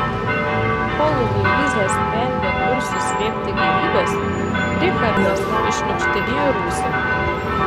kol luiza sprendė kur suslėpti gėrybes richardas iššniukštinėjo rūsį